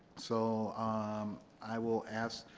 so um i will ask